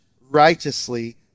righteously